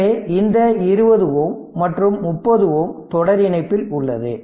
எனவே இந்த 20 Ω மற்றும் 30 Ω தொடர் இணைப்பில் உள்ளது